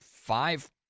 Five